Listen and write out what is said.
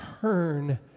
turn